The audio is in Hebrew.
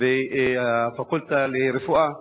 והפקולטה לרפואה